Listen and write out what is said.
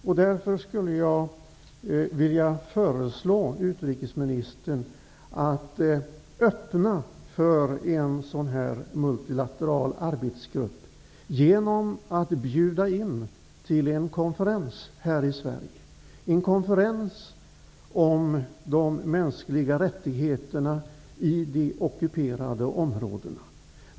Jag föreslår därför utrikesministern att öppna för en sådan här multilateral arbetsgrupp genom att bjuda in till en konferens här i Sverige om de mänskliga rättigheterna i de ockuperade områdena.